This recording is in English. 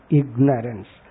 ignorance